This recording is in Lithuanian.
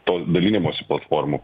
to dalinimosi platformų